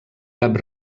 cap